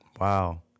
Wow